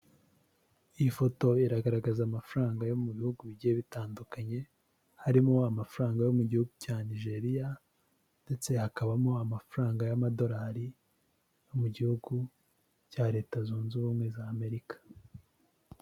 Ifoto iragaragaza amafaranga yo mu bihugu bigiye bitandukanye, harimo amafaranga yo mu gihugu cya Nigeriya. Ndetse hakabamo amafaranga y'amadolari yo mu gihugu cya Leta zunze ubumwe z'Amerika.